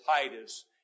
Titus